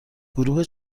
گروه